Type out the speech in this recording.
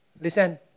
listen